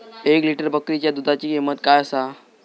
एक लिटर बकरीच्या दुधाची किंमत काय आसा?